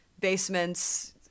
basements